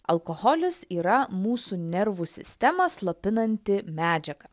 alkoholis yra mūsų nervų sistemą slopinanti medžiaga